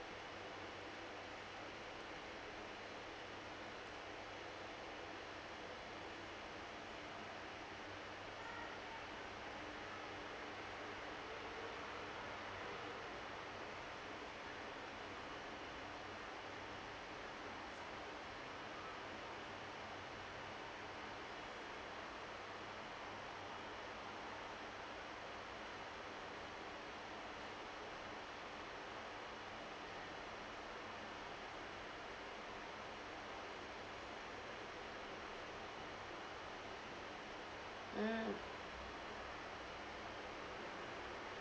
mm